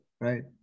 right